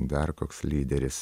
dar koks lyderis